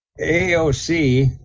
AOC